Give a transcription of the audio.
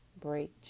Break